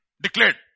Declared